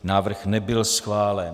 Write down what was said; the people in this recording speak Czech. Návrh nebyl schválen.